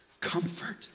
Comfort